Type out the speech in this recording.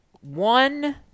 one